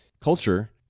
culture